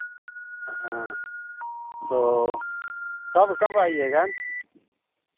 हाँ तो कब कब आइएगा